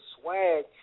swag